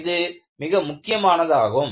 இது மிக முக்கியமானதாகும்